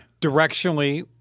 Directionally